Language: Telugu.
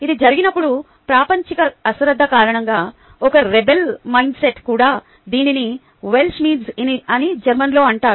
ఇది జరిగినప్పుడు ప్రాపంచిక అశ్రద్ధ కారణంగా ఒక రెబెల్ మైండ్సెట్ కూడా దీనిని జర్మన్ భాషలో వెల్ష్ మెడ్స్ అంటారు